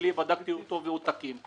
בדקתי את הפיגום שלי והוא תקין.